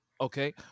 Okay